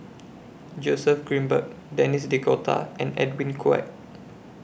Joseph Grimberg Denis D'Cotta and Edwin Koek